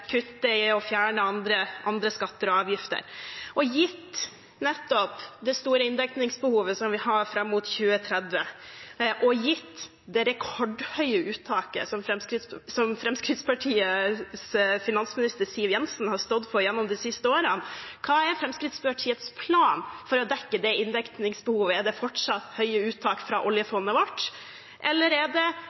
i og fjerne andre skatter og avgifter. Gitt nettopp det store inndekningsbehovet som vi har fram mot 2030, og gitt det rekordhøye uttak som Fremskrittspartiets finansminister Siv Jensen har stått for gjennom det siste årene, hva er Fremskrittspartiets plan for å dekke det inndekningsbehovet? Er det fortsatt høye uttak fra oljefondet vårt, eller er det